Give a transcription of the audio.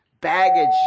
baggage